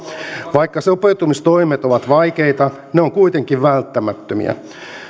vaikka sopeuttamistoimet ovat vaikeita ne ovat kuitenkin välttämättömiä